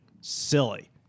silly